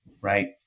Right